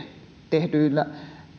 tehdyillä